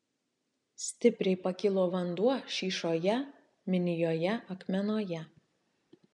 stipriai pakilo vanduo šyšoje minijoje akmenoje